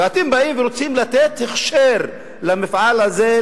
ואתם באים ורוצים לתת הכשר למפעל הזה,